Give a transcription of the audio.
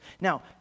Now